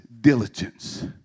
diligence